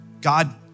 God